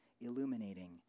illuminating